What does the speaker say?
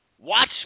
watch